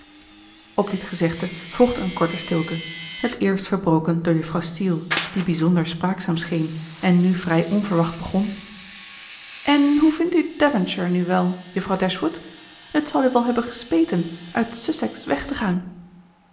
op dit gezegde volgde een korte stilte het eerst verbroken door juffrouw steele die bijzonder spraakzaam scheen en nu vrij onverwacht begon en hoe vindt u devonshire nu wel juffrouw dashwood het zal u wel hebben gespeten uit sussex weg te gaan